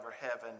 heaven